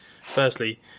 firstly